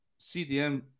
CDM